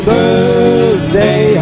Birthday